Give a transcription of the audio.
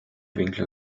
winkler